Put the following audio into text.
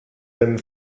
dem